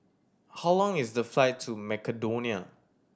how long is the flight to Macedonia